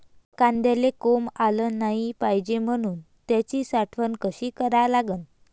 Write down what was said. कांद्याले कोंब आलं नाई पायजे म्हनून त्याची साठवन कशी करा लागन?